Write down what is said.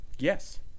Yes